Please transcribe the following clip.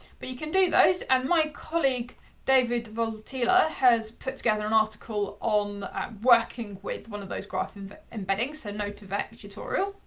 but you can do those. and my colleague david voutila has put together an article on working with one of those graph embeddings, so note of that tutorial.